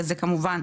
וזה כמובן,